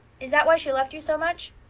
is that why she left you so much?